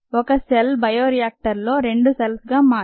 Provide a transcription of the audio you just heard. ఒక cell bioreactor లో 2 cells గా మారడం